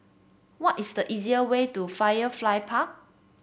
what is the easier way to Firefly Park